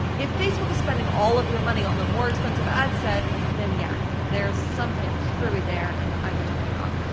if facebook is spending all of your money on the more expensive ad set, then yeah, there's something screwy there, and i would turn it off.